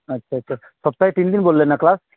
আচ্ছা আচ্ছা সপ্তাহে তিন দিন বললেন না ক্লাস